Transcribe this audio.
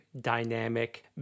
dynamic